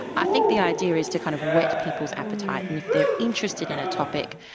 i think the idea is to kind of whet people's appetite, and if they are interested in a topic,